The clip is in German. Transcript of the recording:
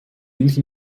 milch